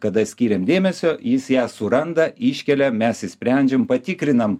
kada skiriam dėmesio jis jas suranda iškelia mes išsprendžiam patikrinam